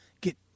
get